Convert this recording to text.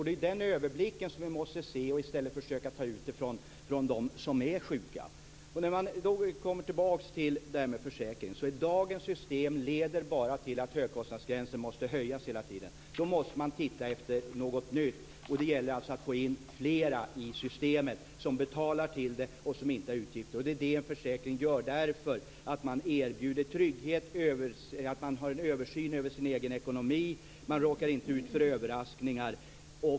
Det är den överblicken vi måste ha, i stället för att försöka ta ut kostnaden från dem som är sjuka. Dagens system leder bara till att högkostnadsgränsen måste höjas hela tiden. Man måste titta efter något nytt. Det gäller att få in flera i systemet, som betalar till det men inte ger upphov till utgifter. Det är vad en försäkring gör. Den erbjuder trygghet och översyn över den egna ekonomin. Den försäkrade råkar inte ut för överraskningar.